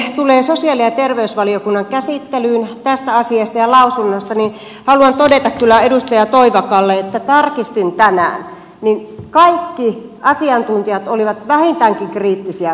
mitä sitten tulee sosiaali ja terveysvaliokunnan käsittelyyn tämän asian ja lausunnon osalta niin haluan todeta kyllä edustaja toivakalle että tarkistin tänään että kaikki asiantuntijat olivat vähintäänkin kriittisiä paitsi kaksi